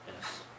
Yes